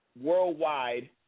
worldwide